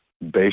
based